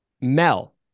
Mel